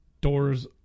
doors